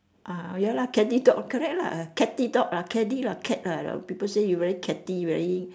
ah ya lah catty dog correct lah catty dog ah catty lah cat lah people say you're very catty very